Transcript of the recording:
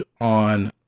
on